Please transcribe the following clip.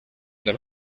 del